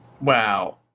Wow